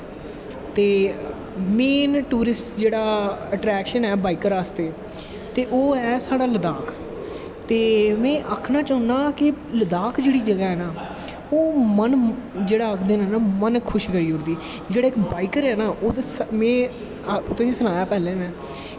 ते main tour जेह्ड़ा attraction आस्ते ते ओह् ऐ साढ़ा लद्दाख ते में आक्खनां चाह्नां कि लद्दाख जेह्ड़ी जगा ऐ ना ओह् मन जेह्ड़ा आखदे नै ना मन खुशकरी ओड़दी जेह्ड़ा इक बाईकर ऐ ना में सना दा पैह्लैं तुसेंगी